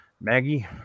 Maggie